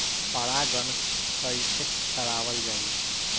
परागण कइसे करावल जाई?